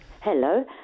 Hello